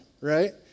right